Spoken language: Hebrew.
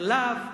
חלב ותרופות.